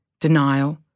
denial